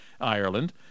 Ireland